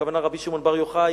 הכוונה רבי שמעון בר יוחאי,